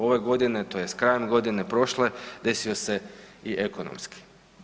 Ove godine tj. krajem godine prošle desio se i ekonomski.